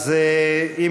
אני כן.